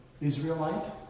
Israelite